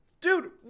Dude